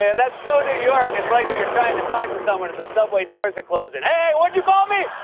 and that's so new york. it's like when you're trying to talk to someone as the subway doors are closing. hey, what did you call me!